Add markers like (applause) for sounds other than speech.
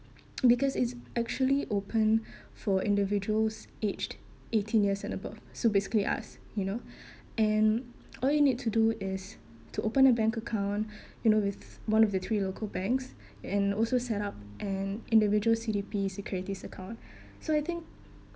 (noise) because it's actually open (breath) for individuals aged eighteen years and above so basically us you know (breath) and all you need to do is to open a bank account (breath) you know with one of the three local banks and also set up an individual C_D_P securities account (breath) so I think